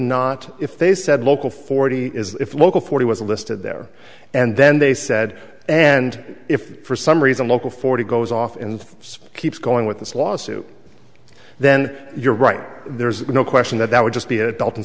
not if they said local forty is if local forty was listed there and then they said and if for some reason local forty goes off and keeps going with this lawsuit then you're right there's no question that that would just be adult